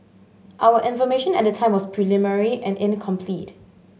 our information at the time was preliminary and incomplete